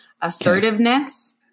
assertiveness